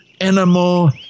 animal